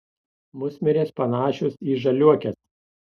musmirės panašios į žaliuokes